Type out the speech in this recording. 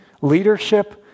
leadership